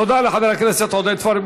תודה לחבר הכנסת עודד פורר.